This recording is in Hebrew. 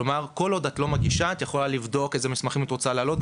כלומר כל עוד את לא מגישה את יכולה לבדוק איזה מסמכים את רוצה להעלות,